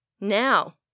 Now